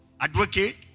advocate